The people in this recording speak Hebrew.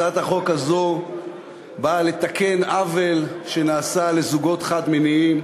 הצעת החוק הזאת באה לתקן עוול שנעשה לזוגות חד-מיניים